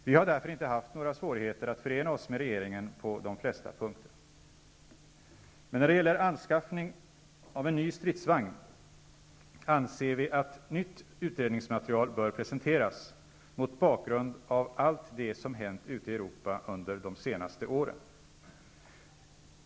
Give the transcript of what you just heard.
Vi har därför inte haft några svårigheter att förena oss med regeringen på de flesta punkter. Men när det gäller anskaffning av en ny stridsvagn anser vi att nytt utredningsmaterial bör presenteras mot bakgrund av allt det som hänt ute i Europa under de senaste åren.